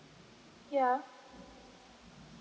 ya